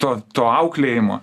to to auklėjimo